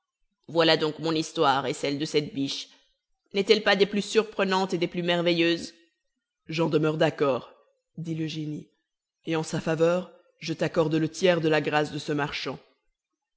voilà donc mon histoire et celle de cette biche n'est-elle pas des plus surprenantes et des plus merveilleuses j'en demeure d'accord dit le génie et en sa faveur je t'accorde le tiers de la grâce de ce marchand